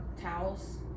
towels